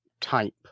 type